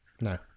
No